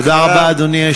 אדוני.